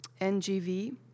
NGV